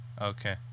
Okay